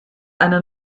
eine